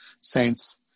Saints